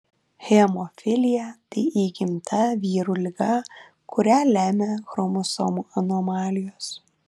hemofilija tai įgimta vyrų liga kurią lemia chromosomų anomalijos